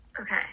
Okay